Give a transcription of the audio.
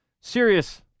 serious